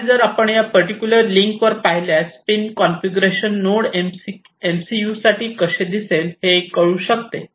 आणि जर आपण या पर्टिक्युलर लिंकवर पाहिल्यास पिन कॉन्फिगरेशन नोड एमसीयूसाठी कसे दिसेल हे कळू शकते